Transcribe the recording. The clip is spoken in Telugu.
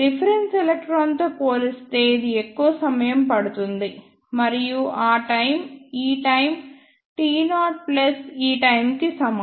రిఫరెన్స్ ఎలక్ట్రాన్తో పోలిస్తే ఇది ఎక్కువ సమయం పడుతుంది మరియు ఆ టైమ్ ఈ టైమ్ t0 ప్లస్ ఈ టైమ్ కి సమానం